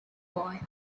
boy